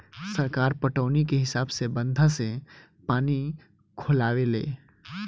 सरकार पटौनी के हिसाब से बंधा से पानी खोलावे ले